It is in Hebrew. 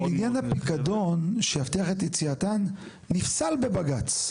אבל עניין הפיקדון שיבטיח את יציאתם נפסל בבג"ץ.